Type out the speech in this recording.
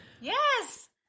Yes